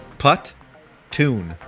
Put-tune